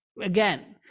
again